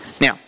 now